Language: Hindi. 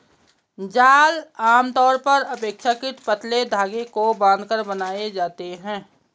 जाल आमतौर पर अपेक्षाकृत पतले धागे को बांधकर बनाए जाते हैं